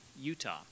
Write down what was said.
Utah